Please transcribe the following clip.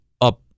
up